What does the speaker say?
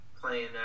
playing